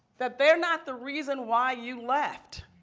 that they're not the reason why you left.